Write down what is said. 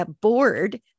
board